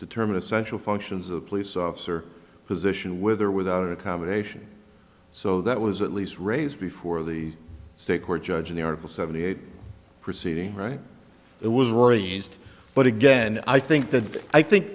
determine essential functions of a police officer position with or without accommodation so that was at least raised before the state court judge in the article seventy eight proceeding right there was arranged but again i think that i think